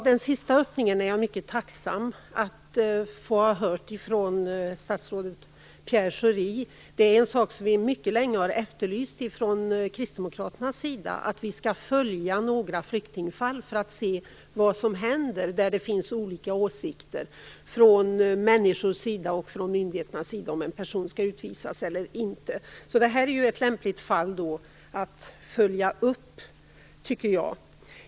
Herr talman! Jag är mycket tacksam över den öppningen från statsrådet Pierre Schori. Vi har från kristdemokraternas sida mycket länge efterlyst att vi noga skall följa flyktingfall där det finns olika åsikter från människor och från myndigheter om en människa skall utvisas eller inte, för att se vad som händer. Det här fallet är ett lämpligt fall att följa upp, tycker jag.